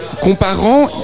Comparant